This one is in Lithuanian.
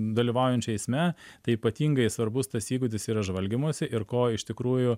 dalyvaujančių eisme tai ypatingai svarbus tas įgūdis yra žvalgymosi ir ko iš tikrųjų